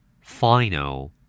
Final